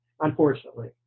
Unfortunately